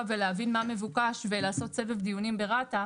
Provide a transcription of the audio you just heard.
ולהבין מה מבוקש ולעשות סבב דיונים ברת"א.